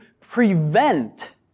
prevent